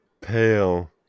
Pale